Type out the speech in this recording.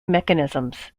mechanisms